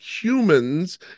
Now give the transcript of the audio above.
humans